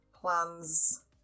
plans